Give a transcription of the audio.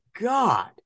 God